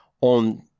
on